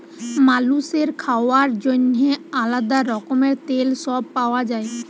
মালুসের খাওয়ার জন্যেহে আলাদা রকমের তেল সব পাওয়া যায়